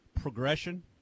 progression